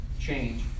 change